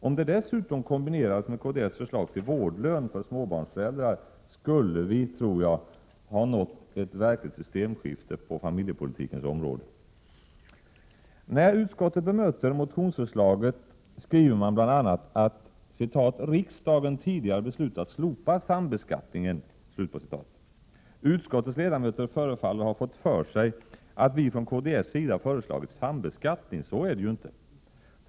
Om det dessutom kombinerades med kds förslag till vårdlön för småbarnsföräldrar, skulle vi, tror jag, ha nått ett verkligt systemskifte på familjepolitikens område. När utskottet bemöter motionsförslaget skriver man bl.a. att ”riksdagen tidigare beslutat slopa sambeskattningen”. Utskottets ledamöter förefaller ha fått för sig att vi från kds sida föreslagit sambeskattning. Så är det inte.